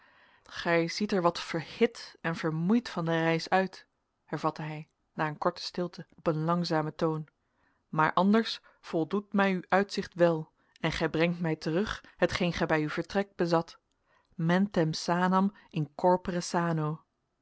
gij ziet er wat verhit en vermoeid van de reis uit hervatte hij na een korte stilte op een langzamen toon maar anders voldoet mij uw uitzicht wel en gij brengt mij terug hetgeen gij bij uw vertrek bezat mentem sanam in corpore sano